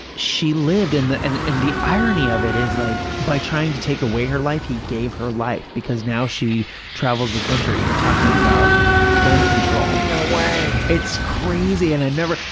she lived, and the and and the irony of it is, like by trying to take away her life, he gave her life, because now she travels the country talking about gun control. no way. it's crazy. and i never,